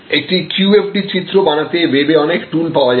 একটা QFD চিত্র বানাতে ওয়েবে অনেক টুল পাওয়া যায়